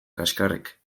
kaxkarrik